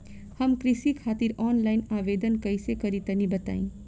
हम कृषि खातिर आनलाइन आवेदन कइसे करि तनि बताई?